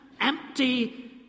empty